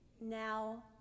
now